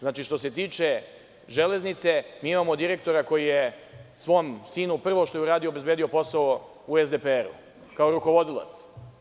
Znači, što se tiče železnice mi imamo direktora koji je svom sinu, prvo što je uradio, obezbedio posao u SDPR, kao rukovodilac.